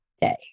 day